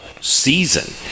season